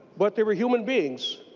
but they were human beings.